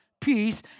peace